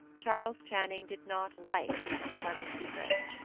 charles channing did not like these unpleasant secrets.